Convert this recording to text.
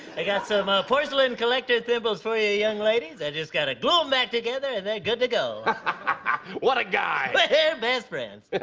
i got some porcelain collector's thimbles for you young ladies. i just gotta glue em back together, and they're good to go. laughs ah what a guy. we're best friends!